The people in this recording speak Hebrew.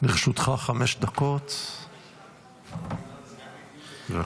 לרשותך חמש דקות, בבקשה.